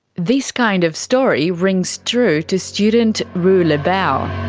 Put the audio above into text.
this kind of story rings true to student wu lebao.